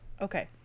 Okay